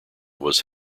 was